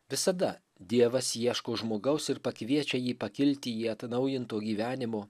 visada dievas ieško žmogaus ir pakviečia jį pakilti į atnaujinto gyvenimo